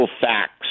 facts